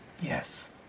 Yes